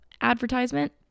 advertisement